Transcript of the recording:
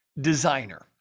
designer